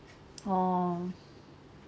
oh